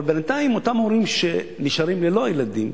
אבל בינתיים אותם הורים שנשארים ללא הילדים